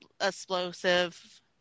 explosive